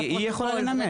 לא, היא יכולה לנמק.